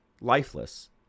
lifeless